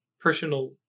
personal